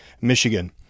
Michigan